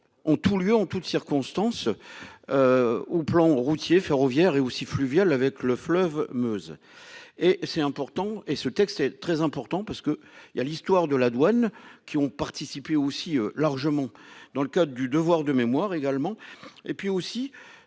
ont tout lieu en toutes circonstances. Au plan routier ferroviaire et aussi fluviales avec le fleuve Meuse et c'est important et ce texte est très important parce que il y a l'histoire de la douane qui ont participé aussi largement dans le code du devoir de mémoire également et puis aussi